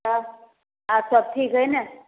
अच्छा आओरसब ठीक अइ ने